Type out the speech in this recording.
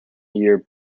year